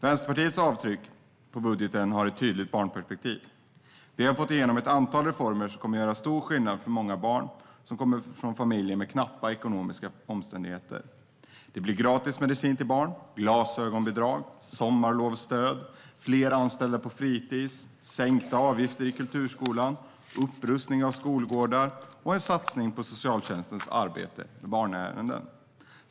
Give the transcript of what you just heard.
Vänsterpartiets avtryck på budgeten har ett tydligt barnperspektiv. Vi har fått igenom ett antal reformer som kommer att göra stor skillnad för många barn som kommer från familjer med knappa ekonomiska omständigheter. Det blir gratis medicin till barn, glasögonbidrag, sommarlovsstöd, fler anställda på fritis, sänkta avgifter i kulturskolan, upprustning av skolgårdar och en satsning på socialtjänstens arbete med barnärenden.